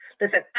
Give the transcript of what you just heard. Listen